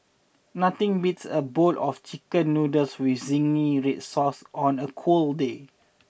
nothing beats a bowl of chicken noodles with zingy red sauce on a cold day